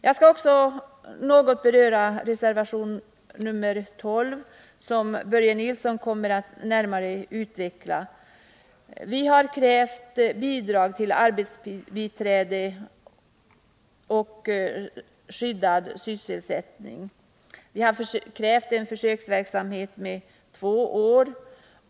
Jag skall också något beröra reservationen 12, som Börje Nilsson närmare kommer att redogöra för. Vi har krävt att bidrag till arbetsbiträde i halvskyddad sysselsättning skall utgå under en försöksperiod på två år.